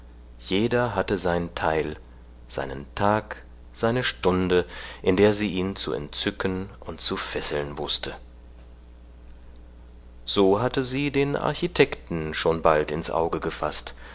jeder hatte sein teil seinen tag seine stunde in der sie ihn zu entzücken und zu fesseln wußte so hatte sie den architekten schon bald ins auge gefaßt